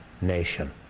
nation